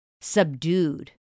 subdued